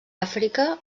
àfrica